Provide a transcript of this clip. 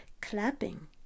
clapping